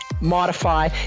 modify